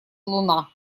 луна